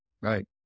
Right